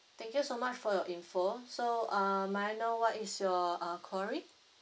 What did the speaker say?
thank you so much for your info so um may I know what is your uh query